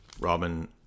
Robin